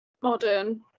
Modern